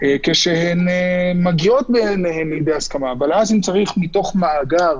למצות את ההסכמה